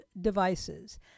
devices